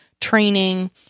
training